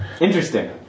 Interesting